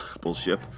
bullshit